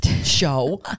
show